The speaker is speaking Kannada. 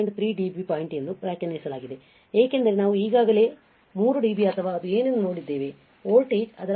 3 dB ಪಾಯಿಂಟ್ ಎಂದು ವ್ಯಾಖ್ಯಾನಿಸಲಾಗಿದೆ ಏಕೆಂದರೆ ನಾವು ಈಗಾಗಲೇ 3 dB ಅಥವಾ ಅದು ಏನೆಂದು ನೋಡಿದ್ದೇವೆ ವೋಲ್ಟೇಜ್ ಅದರ ಮೂಲ ಮೌಲ್ಯದ ಸರಿ ಸುಮಾರು 0